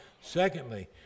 Secondly